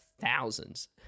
thousands